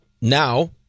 now